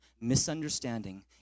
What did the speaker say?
misunderstanding